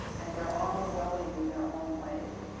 and they are all growing in their own ways.